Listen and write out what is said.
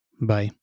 Bye